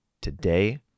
today